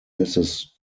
mrs